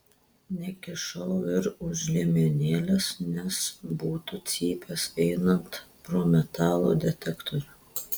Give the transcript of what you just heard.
nekišau ir už liemenėlės nes būtų cypęs einant pro metalo detektorių